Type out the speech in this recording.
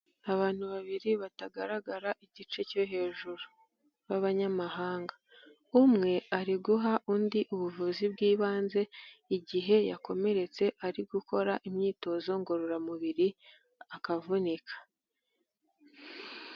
Abantu babiri batagaragara igice cyo hejuru b'abanyamahanga, umwe ari guha undi ubuvuzi bw'ibanze igihe yakomeretse ari gukora imyitozo ngororamubiri akavunika.